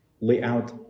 layout